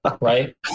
right